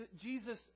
Jesus